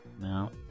No